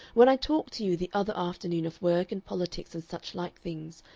when i talked to you the other afternoon of work and politics and such-like things,